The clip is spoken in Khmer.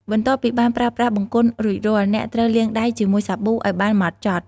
បន្ទាប់ពីបានប្រើប្រាស់បង្គន់រួចរាល់ អ្នកត្រូវលាងដៃជាមួយសាប៊ូឱ្យបានហ្មត់ចត់។